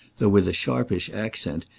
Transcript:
though with a sharpish accent,